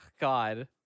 God